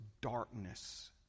darkness